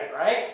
right